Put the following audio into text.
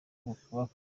bakoze